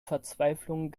verzweiflung